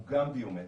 הוא גם ביומטריה,